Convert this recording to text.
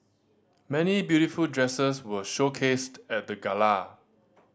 many beautiful dresses were showcased at the gala